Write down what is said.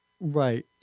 right